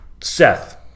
Seth